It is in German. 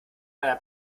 einer